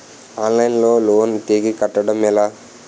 Online లో loan తిరిగి కట్టడం ఎలా?